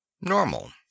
Normal